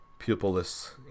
pupilless